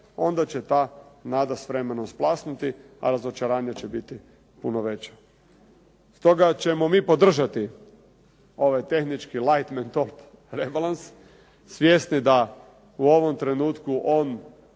onda će ta nada s vremenom splasnuti, a razočaranje će biti puno veće. Stoga ćemo mi podržati ovaj tehnički laight mentol rebalans svjesni da u ovom trenutku on